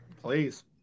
Please